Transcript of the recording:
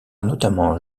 notamment